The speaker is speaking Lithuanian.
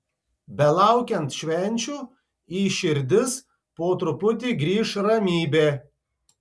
belaukiant švenčių į širdis po truputį grįš ramybė